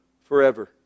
forever